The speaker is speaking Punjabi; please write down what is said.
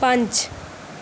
ਪੰਜ